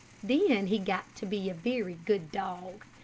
then he got to be a very good dog.